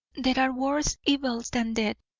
there are worse evils than death.